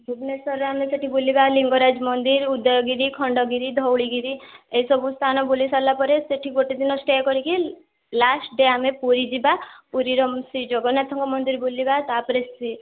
ଭୁବନେଶ୍ୱରରେ ଆମେ ସେଠି ବୁଲିବା ଲିଙ୍ଗରାଜ ମନ୍ଦିର ଉଦୟଗିରି ଖଣ୍ଡଗିରି ଧଉଳଗିରି ଏସବୁ ସ୍ଥାନ ବୁଲି ସାରିବା ପରେ ସେଠି ଗୋଟେ ଦିନ ଷ୍ଟେ କରିକି ଲାଷ୍ଟ ଡେ ଆମେ ପୁରୀ ଯିବା ପୁରୀର ଶ୍ରୀ ଜଗନ୍ନାଥଙ୍କ ମନ୍ଦିର ବୁଲିବା ତା'ପରେ ସେଠି